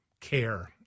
care